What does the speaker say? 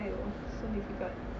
!aiyo! so difficult